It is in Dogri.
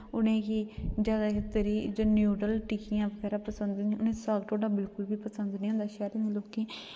ते ओह् जादैतर नूडल्स टिक्कियां पसंद न कते उनेंगी साग ढोड्डा बिल्कुल बी पसंद निं शैह्रू लोकें ई